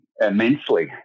immensely